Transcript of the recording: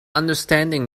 understanding